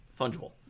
fungible